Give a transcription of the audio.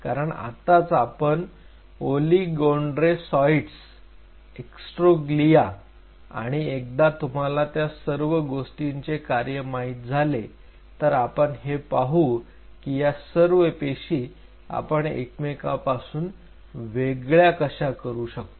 कारण आताच आपण ओलीगोडेंड्रोसाइट्स एस्ट्रोग्लीया आणि एकदा तुम्हाला त्या सर्व गोष्टींचे कार्य माहीत झाले तर आपण हे पाहू की या सर्व पेशी आपण एकमेकांपासून वेगळ्या कशा करू शकतो